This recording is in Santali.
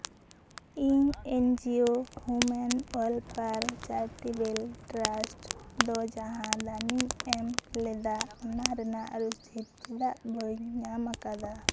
ᱤᱧ N G O human welfare charitable trust ᱫᱚ ᱡᱟᱦᱟᱸ ᱞᱟᱱᱤᱝ ᱮᱢ ᱞᱮᱫᱟ ᱚᱱᱟ ᱨᱮᱱᱟᱜ ᱨᱚᱥᱤᱫ ᱪᱮᱫᱟᱜ ᱵᱟᱹᱧ ᱧᱟᱢ ᱟᱠᱟᱫᱟ